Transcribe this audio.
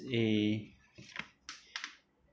a